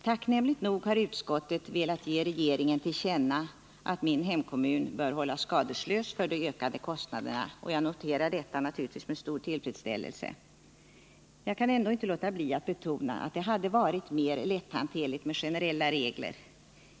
Tacknämligt nog har utskottet velat ge regeringen till känna att min hemkommun bör hållas skadeslös för de ökade kostnaderna, och jag noterar naturligtvis detta med stor tillfredsställelse. Jag kan ändå inte låta bli att betona att det hade varit mer lätthanterligt med generella regler.